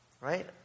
right